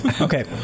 Okay